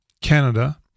Canada